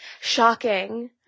Shocking